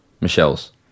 Michelle's